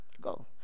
Go